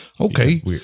Okay